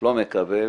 לא מקבל